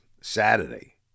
Saturday